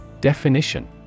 Definition